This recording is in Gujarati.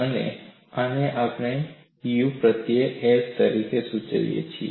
અને આને આપણે યુ પ્રત્યય s તરીકે સૂચવીએ છીએ